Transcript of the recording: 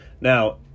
Now